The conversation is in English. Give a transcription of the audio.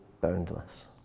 boundless